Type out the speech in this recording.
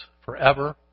forever